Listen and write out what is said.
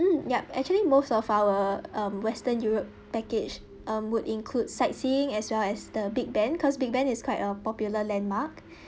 mm yup actually most of our um western europe package um would include sightseeing as well as the big ben because big ben is quite a popular landmark